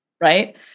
right